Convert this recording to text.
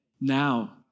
now